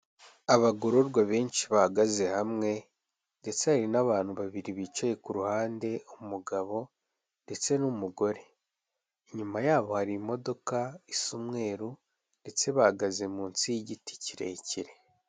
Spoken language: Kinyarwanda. Abagororwa benshi bahagaze hamwe ndetse hari n'abantu babiri bicaye ku ruhande, umugabo ndetse n'umugore, inyuma yabo hari imodoka isa umweru ndetse bahagaze munsi y'igiti kirekire.